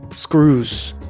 screws.